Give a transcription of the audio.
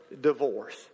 divorce